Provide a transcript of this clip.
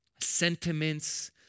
sentiments